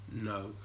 no